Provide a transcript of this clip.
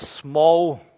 small